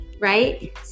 right